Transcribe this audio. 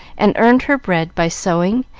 and earned her bread by sewing,